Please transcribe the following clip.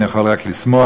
אני יכול רק לשמוח.